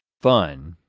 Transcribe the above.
fun,